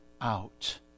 out